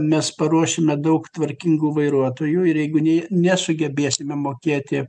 mes paruošime daug tvarkingų vairuotojų ir jeigu nesugebėsime mokėti